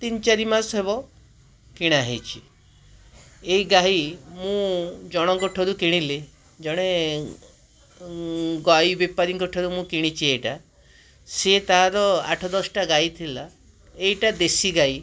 ତିନି ଚାରି ମାସ ହେବ କିଣା ହେଇଛି ଏଇଗାଈ ମୁଁ ଜଣଙ୍କଠାରୁ କିଣିଲି ଜଣେ ଗାଈ ବେପାରୀଙ୍କ ଠାରୁ ମୁଁ କିଣିଛି ଏଇଟା ସିଏ ତାର ଆଠ ଦଶଟା ଗାଈଥିଲା ଏଇଟା ଦେଶୀଗାଈ